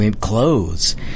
clothes